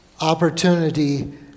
opportunity